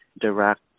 direct